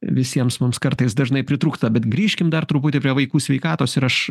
visiems mums kartais dažnai pritrūksta bet grįžkim dar truputį prie vaikų sveikatos ir aš